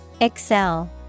Excel